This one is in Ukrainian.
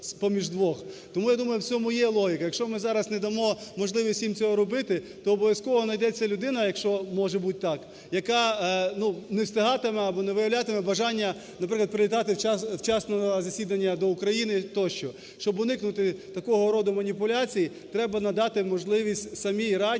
Тому, я думаю, в цьому є логіка. Якщо ми зараз не дамо можливість їм цього робити, то обов'язково найдеться людина, якщо може бути так, яка не встигатиме або не виявлятиме бажання, наприклад, прилітати вчасно на засідання до України тощо. Щоб уникнути такого роду маніпуляцій, треба надати можливість самій раді